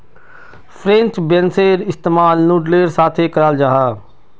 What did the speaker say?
French बेंसेर इस्तेमाल नूडलेर साथे कराल जाहा